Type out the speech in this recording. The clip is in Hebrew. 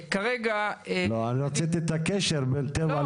כרגע -- לא, אני רציתי את הקשר בין טבע לציונות.